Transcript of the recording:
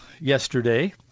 yesterday